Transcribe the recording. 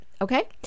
Okay